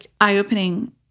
eye-opening